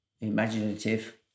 imaginative